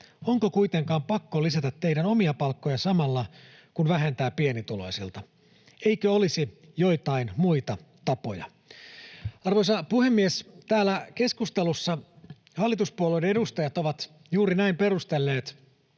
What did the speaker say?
Onko kuitenkaan pakko lisätä teidän omia palkkoja samalla, kun vähentää pienituloisilta? Eikö olisi joitain muita tapoja?” Arvoisa puhemies! Täällä keskustelussa hallituspuolueiden edustajat ovat juuri näin perustelleet,